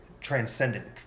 transcendent